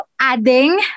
adding